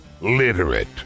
literate